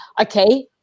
okay